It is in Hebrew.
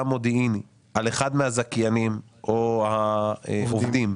מודיעיני על אחד מהזכיינים או העובדים.